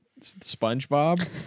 SpongeBob